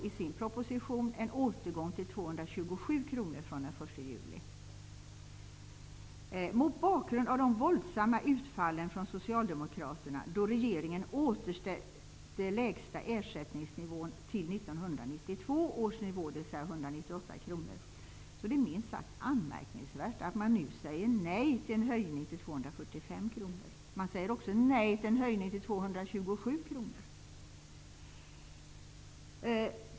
Mot bakgrund av de våldsamma utfallen från socialdemokraterna då regeringen återställde lägsta ersättningsnivån till 1992 års nivå, dvs. 198 kr, är det minst sagt anmärkningsvärt att man nu säger nej till en höjning till 245 kr. Man säger också nej till en höjning till 227 kr.